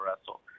wrestle